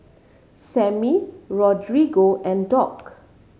Sammy Rodrigo and Dock